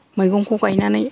मैगंखौ गायनानै